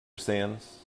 sands